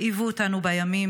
הרעיבו אותנו בימים,